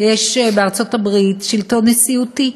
יש בארצות-הברית שלטון נשיאותי.